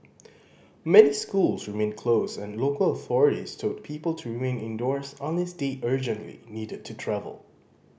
many schools remained closed and local authorities told people to remain indoors unless they urgently needed to travel